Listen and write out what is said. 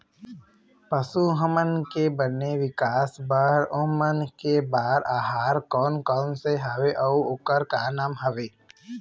पशु हमन के बने विकास बार ओमन के बार आहार कोन कौन सा हवे अऊ ओकर का नाम हवे?